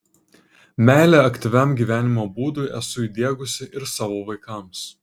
meilę aktyviam gyvenimo būdui esu įdiegusi ir savo vaikams